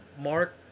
Mark